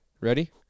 Ready